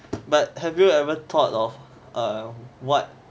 but have you ever thought of err what